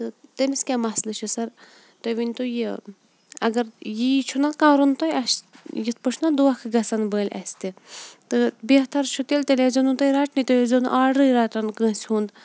تٔمِس کیاہ مَسلہٕ چھُ سَر تُہۍ ؤنۍ تَو یہِ اَگَر یی چھُ نہَ کَرُن تۄہہِ اَسہِ یِتھ پٲٹھۍ چھُ نہَ دۄنٛکھہٕ گَژھان بٔلۍ اَسہِ تہٕ بہتَر چھُ تیٚلہِ تیٚلہِ ٲسۍ زیٚو نہٕ تُہۍ رَٹنی تُہۍ ٲسۍ زیٚو نہٕ آڈرٕے رَٹان کٲنٛسہِ ہُنٛد